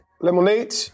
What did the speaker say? lemonade